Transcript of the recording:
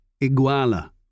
Iguala